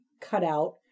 cutout